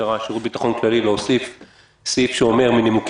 שיהיה איזשהו פיקוח ובקרה על הכמות,